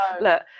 look